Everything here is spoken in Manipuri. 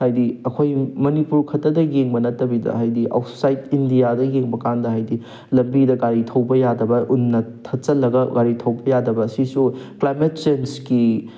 ꯍꯥꯏꯗꯤ ꯑꯩꯈꯣꯏ ꯃꯅꯤꯄꯨꯔꯈꯛꯇꯗ ꯌꯦꯡꯕ ꯅꯠꯇꯕꯤꯗ ꯍꯥꯏꯗꯤ ꯑꯥꯎꯠꯁꯥꯏꯠ ꯏꯟꯗꯤꯌꯥꯗ ꯌꯦꯡꯕ ꯀꯥꯟꯗ ꯍꯥꯏꯗꯤ ꯂꯝꯕꯤꯗ ꯒꯥꯔꯤ ꯊꯧꯕ ꯌꯥꯗꯕ ꯎꯟꯅ ꯊꯠꯆꯜꯂꯒ ꯒꯥꯔꯤ ꯊꯧꯕ ꯌꯥꯗꯕ ꯑꯁꯤꯁꯨ ꯀ꯭ꯂꯥꯏꯃꯦꯠ ꯆꯦꯟꯖꯀꯤ